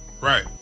right